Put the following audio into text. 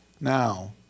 now